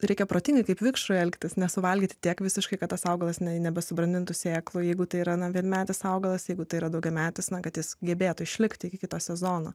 reikia protingai kaip vikšrui elgtis nesuvalgyti tiek visiškai kad tas augalas nesubrandintų sėklų jeigu tai yra vienmetis augalas jeigu tai yra daugiametis na kad jis gebėtų išlikti iki kito sezono